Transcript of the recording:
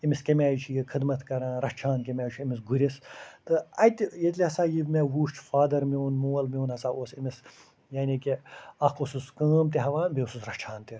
أمِس کَمہِ آیہِ چھُ یہِ خدمَت کران رَچھان کٔمہِ آیہِ چھُ أمِس گُرِس تہٕ اَتہِ ییٚلہِ ہسا یہِ مےٚ وُچھ فادر میٛون مول میٛون ہسا اوٚس أمِس یعنی کہِ اَکھ اوسُس کٲم تہِ ہیٚوان بیٚیہِ اوسُس رَچھان تہِ